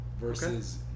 versus